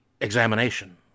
examination